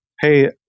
Hey